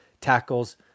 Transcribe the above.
tackles